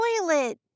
toilet